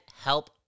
help